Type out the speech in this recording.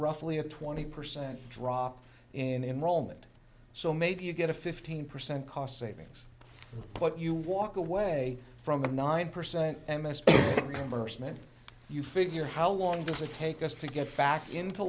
roughly a twenty percent drop in enrollment so maybe you get a fifteen percent cost savings but you walk away from a nine percent m s p remember smith you figure how long does it take us to get back into